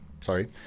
sorry